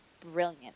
brilliant